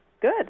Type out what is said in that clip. Good